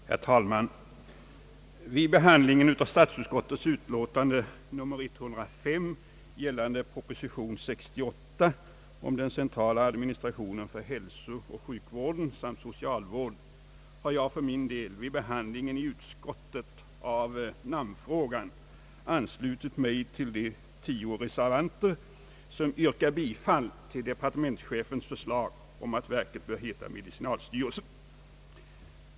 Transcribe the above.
Herr talman! Vid behandlingen av statsutskottets utlåtande nr 105, avseende proposition nr 68 om den centrala administrationen för hälsooch sjukvården samt socialvården, har jag för min del vid behandlingen i utskottet av namnfrågan anslutit mig till de tio reservanter, som yrkar bifall till departementschefens förslag om att verket bör heta medicinalstyrelsen.